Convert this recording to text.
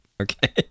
Okay